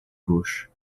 gauche